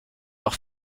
auch